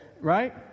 Right